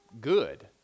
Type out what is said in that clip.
good